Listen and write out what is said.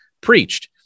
preached